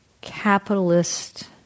capitalist